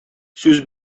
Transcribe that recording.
сүз